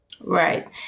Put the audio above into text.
right